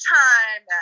time